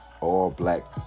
all-black